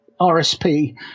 RSP